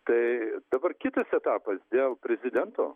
tai dabar kitas etapas dėl prezidento